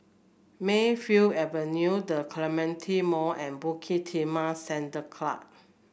Mayfield Avenue The Clementi Mall and Bukit Timah Sand club